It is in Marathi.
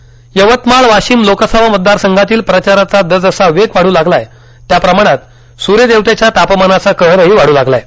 प्रचार यवतमाळ वाशिम लोकसभा मतदारसंघातील प्रचाराचा जसजसा वेग वाढू लागला त्या प्रमाणात सूर्य देवतेच्या तापमानाचा कहरही वाढू लागला आहे